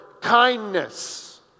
kindness